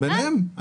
זה ביניהם.